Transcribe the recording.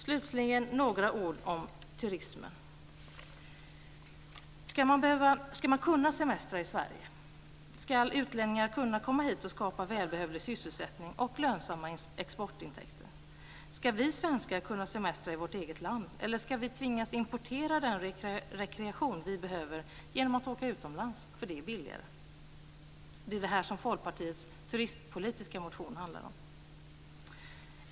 Slutligen vill jag säga några ord om turismen. Ska man kunna semestra i Sverige? Ska utlänningar kunna komma hit och skapa välbehövlig sysselsättning och goda exportintäkter? Ska vi svenskar kunna semestra i vårt eget land eller ska vi tvingas importera den rekreation vi behöver genom att åka utomlands för att det är billigare? Det är det som Folkpartiets turistpolitiska motion handlar om.